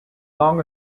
long